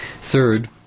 Third